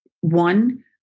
one